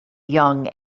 young